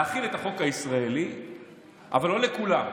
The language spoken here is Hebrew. להחיל את החוק הישראלי אבל לא על כולם,